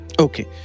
Okay